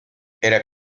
era